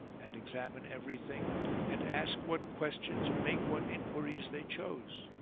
and examine everything and ask what questions and make what inquiries they chose.